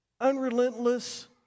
unrelentless